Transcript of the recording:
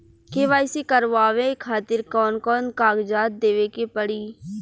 KYC करवावे खातिर कौन कौन कागजात देवे के पड़ी?